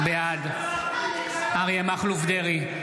בעד אריה מכלוף דרעי,